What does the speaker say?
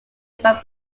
about